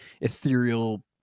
ethereal